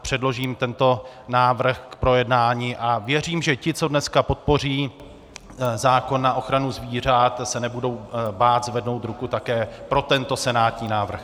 Předložím tento návrh k projednání a věřím, že ti, co dnes podpoří zákon na ochranu zvířat, se nebudou bát zvednout ruku také pro tento senátní návrh.